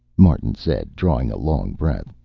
martin said, drawing a long breath.